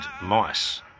mice